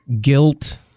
guilt